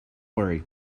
worry